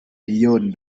leone